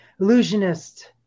Illusionist